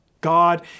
God